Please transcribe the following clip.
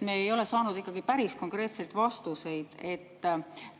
Me ei ole saanud ikkagi päris konkreetseid vastuseid.